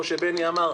כפי שבני ביטון אמר,